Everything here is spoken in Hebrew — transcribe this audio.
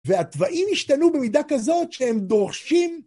והתוואים השתנו במידה כזאת שהם דורשים